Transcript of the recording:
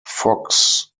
fox